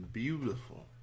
beautiful